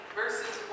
verses